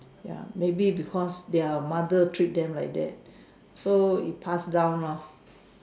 ya maybe because their mother treat them like that so it pass down lor